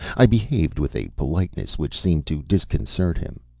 i behaved with a politeness which seemed to disconcert him.